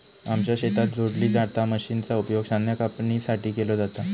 आमच्या शेतात जोडली जाता मशीनचा उपयोग धान्य कापणीसाठी केलो जाता